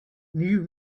knew